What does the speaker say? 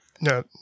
No